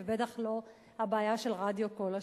ובטח לא הבעיה של רדיו "כל השלום".